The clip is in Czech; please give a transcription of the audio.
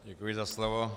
Děkuji za slovo.